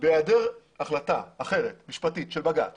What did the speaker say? בהיעדר החלטה אחרת משפטית של בג"ץ